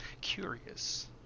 Curious